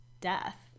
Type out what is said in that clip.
death